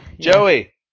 Joey